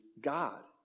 God